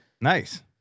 Nice